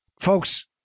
Folks